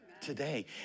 Today